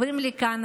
הן עוברות לקנדה,